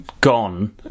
gone